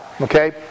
okay